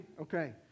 Okay